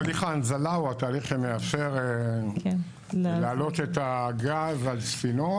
תהליך ההנזלה הוא התהליך שמאפשר להעלות את הגז על ספינות,